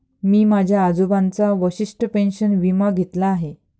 मी माझ्या आजोबांचा वशिष्ठ पेन्शन विमा घेतला आहे